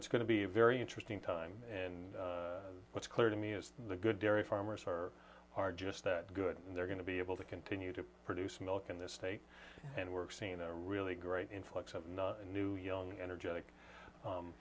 it's going to be very interesting time and what's clear to me is the good dairy farmers are are just that good and they're going to be able to continue to produce milk in this state and we're seeing a really great influx of not new young energetic